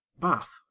Bath